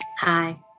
hi